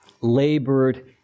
labored